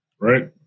Right